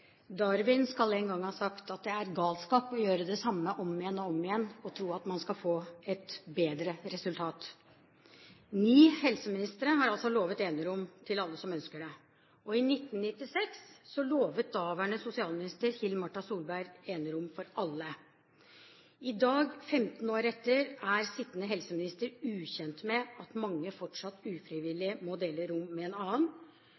skal en gang ha sagt at det er galskap å gjøre det samme om igjen og om igjen og tro at man skal få et bedre resultat. Ni helseministre har altså lovet enerom til alle som ønsker det. I 1996 lovet daværende sosialminister Hill-Marta Solberg enerom til alle. I dag, 15 år etter, er sittende helseminister ukjent med at mange fortsatt ufrivillig må dele rom med en annen,